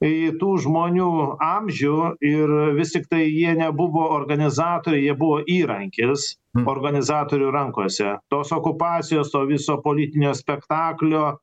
į tų žmonių amžių ir vis tiktai jie nebuvo organizatoriai jie buvo įrankis organizatorių rankose tos okupacijos to viso politinio spektaklio